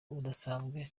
udasanzwe